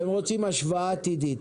הם רוצים השוואה עתידית.